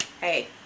hey